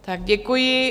Tak děkuji.